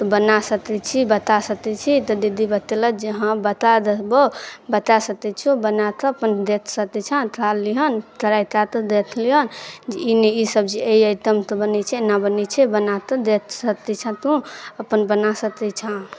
तऽ बना सकै छी बता सकै छी तऽ दीदी बतेलक जे हाँ बता देबो बता सकै छियौ बना कऽ अपन देख सकै छँ खा लिहन ट्राइ कए कऽ देख लिहन जे ई नहि ई सब्जी ई आइटमके बनै छै एना बनै छै बनाकऽ देख सकै छँ तू अपन बना सकै छँ